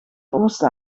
oosten